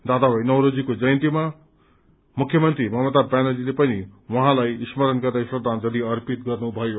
दादा भाई नौरोजीको जयन्तीका अवसरमा मुख्यमन्त्री ममता ब्यानर्जीले पनि उहाँलाई स्मरण गर्दै श्रद्धांजली अर्पित गर्नुभयो